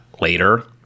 later